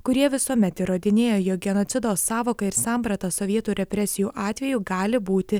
kurie visuomet įrodinėjo jog genocido sąvoką ir sampratą sovietų represijų atveju gali būti